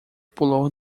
pulou